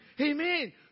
Amen